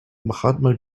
mahatma